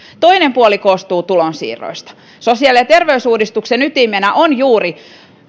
toinen puoli koostuu tulonsiirroista sosiaali ja terveysuudistuksen ytimenä ovat juuri